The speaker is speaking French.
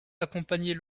accompagnait